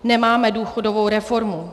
Nemáme důchodovou reformu.